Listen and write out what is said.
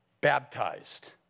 baptized